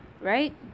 right